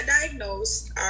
diagnosed